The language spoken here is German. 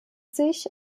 sich